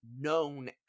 known